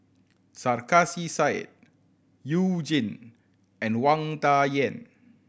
Sarkasi Said You Jin and Wang Dayuan